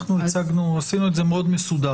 אנחנו הצגנו, עשינו את זה מאוד מסודר.